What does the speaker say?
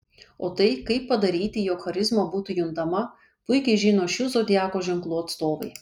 o tai kaip padaryti jog charizma būtų juntama puikiai žino šių zodiako ženklų atstovai